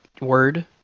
word